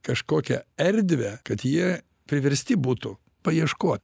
kažkokią erdvę kad jie priversti būtų paieškot